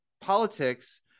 politics